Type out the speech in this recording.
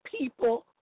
people